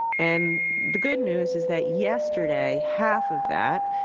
and the good news is that yesterday half of that,